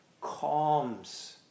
calms